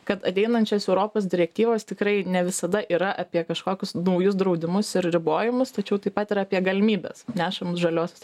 kad ateinančios europos direktyvos tikrai ne visada yra apie kažkokius naujus draudimus ir ribojimus tačiau taip pat ir apie galimybes nešamus žaliosios